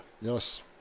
Yes